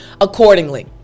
accordingly